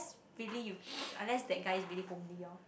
really you unless that guy is really homely lor